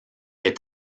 est